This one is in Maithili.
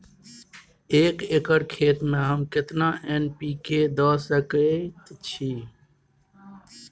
एक एकर खेत में हम केतना एन.पी.के द सकेत छी?